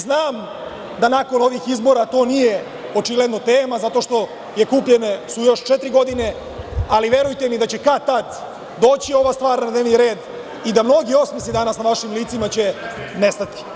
Znam da nakon ovih izbora to nije očigledno tema, zato što su kupljene još četiri godine, ali verujte mi da će kad tad doći ova stvar na dnevni red i da mnogi osmesi danas na vašim licima će nestati.